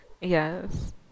Yes